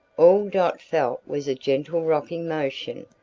all dot felt was a gentle rocking motion,